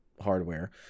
hardware